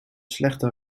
slechte